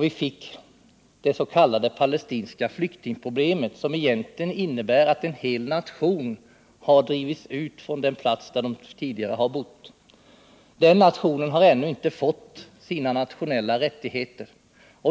Vi fick då det s.k. palestinska flyktingproblemet, vilket egentligen innebär att en hel nation har drivits ut från den plats där den tidigare har bott. Den nationen har ännu inte fått tillbaka sina nationella rättigheter.